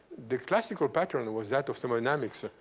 the classical pattern was that of thermodynamics.